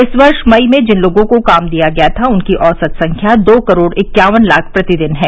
इस वर्ष मई में जिन लोगों को काम दिया गया था उनकी औसत संख्या दो करोड़ इक्यावन लाख प्रतिदिन है